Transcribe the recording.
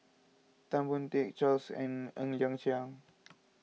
Tan Boon Teik Charles and Ng Liang Chiang